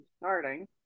Starting